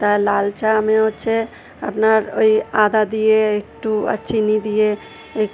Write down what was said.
তা লাল চার আমি হচ্ছে আপনার ওই আদা দিয়ে একটু আর চিনি দিয়ে এক